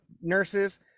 nurses